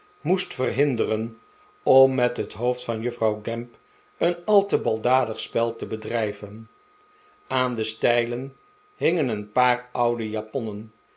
moest verhinderen om met het hoofd van juffrouw gamp een al te baldadig spel te drijven aan de stijlen hingen een paar oude japonnen